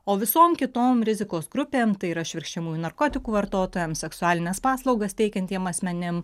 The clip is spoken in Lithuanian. o visom kitom rizikos grupėm tai yra švirkščiamųjų narkotikų vartotojam seksualines paslaugas teikiantiem asmenim